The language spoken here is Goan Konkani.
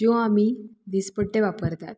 ज्यो आमी दिसपट्टे वापरतात